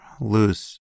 loose